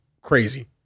crazy